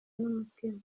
n’umutima